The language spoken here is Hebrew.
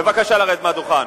בבקשה, לרדת מהדוכן.